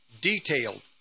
Detailed